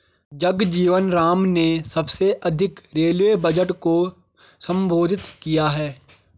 जगजीवन राम ने सबसे अधिक रेलवे बजट को संबोधित किया है